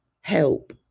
help